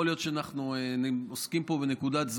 יכול להיות שאנחנו עוסקים פה בנקודת זמן,